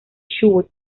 chubut